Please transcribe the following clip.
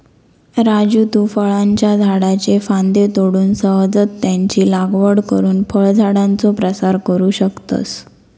राजू तु फळांच्या झाडाच्ये फांद्ये तोडून सहजच त्यांची लागवड करुन फळझाडांचो प्रसार करू शकतस